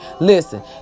listen